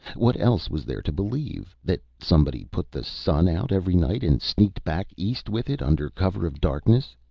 what else was there to believe? that somebody put the sun out every night, and sneaked back east with it under cover of darkness?